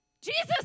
Jesus